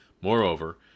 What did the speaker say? Moreover